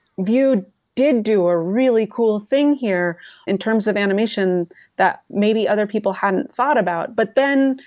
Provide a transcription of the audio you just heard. vue did do a really cool thing here in terms of animation that maybe other people hadn't thought about. but then,